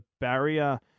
barrier